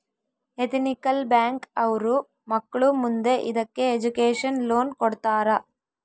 ethical bank ಅವ್ರು ಮಕ್ಳು ಮುಂದೆ ಇದಕ್ಕೆ ಎಜುಕೇಷನ್ ಲೋನ್ ಕೊಡ್ತಾರ